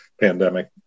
pandemic